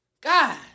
God